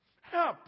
Help